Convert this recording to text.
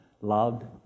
loved